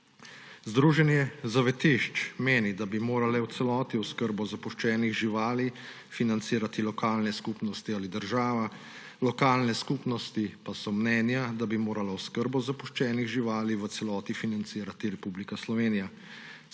Združenje zavetišč meni, da bi morale v celoti oskrbo zapuščenih živali financirati lokalne skupnosti ali država, lokalne skupnosti pa so mnenja, da bi morala oskrbo zapuščenih živali v celoti financirati Republika Slovenija.